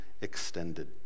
extended